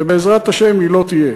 ובעזרת השם היא לא תהיה.